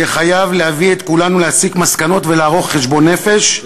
זה יהיה חייב להביא את כולנו להסיק מסקנות ולערוך חשבון נפש,